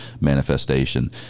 manifestation